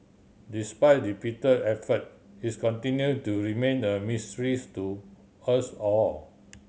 despite repeated effort his continue to remain a mystery to us all